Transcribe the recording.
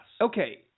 Okay